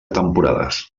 temporades